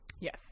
Yes